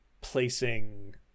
placing